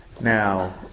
Now